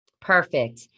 Perfect